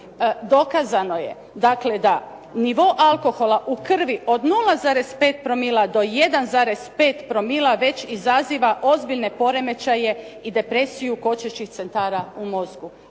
Dokazano je dakle da nivo alkohola u krvi od 0,5 promila do 1,5 promila već izaziva ozbiljne poremećaje i depresije kočečih centara u mozgu